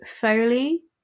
foley